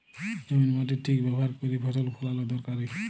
জমির মাটির ঠিক ব্যাভার ক্যইরে ফসল ফলাল দরকারি